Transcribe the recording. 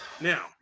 Now